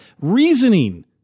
reasoning